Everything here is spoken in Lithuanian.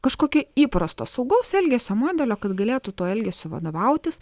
kažkokia įprasto saugaus elgesio modelio kad galėtų tuo elgesiu vadovautis